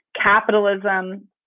capitalism